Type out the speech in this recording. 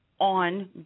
on